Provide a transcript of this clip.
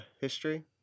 history